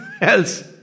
else